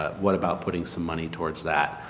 what about putting some money towards that?